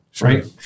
Right